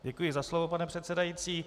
Děkuji za slovo, pane předsedající.